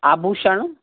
आभूषण